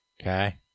Okay